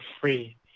free